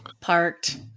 parked